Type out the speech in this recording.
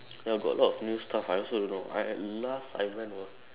ya got a lot of new stuff I also don't know I last I went was